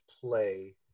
play